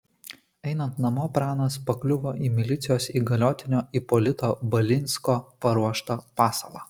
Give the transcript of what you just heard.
einant namo pranas pakliuvo į milicijos įgaliotinio ipolito balinsko paruoštą pasalą